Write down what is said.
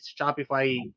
Shopify